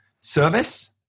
service